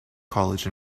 college